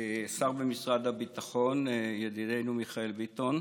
השר במשרד הביטחון ידידנו מיכאל ביטון,